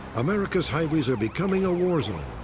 america's highways are becoming a war zone.